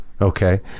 Okay